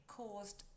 caused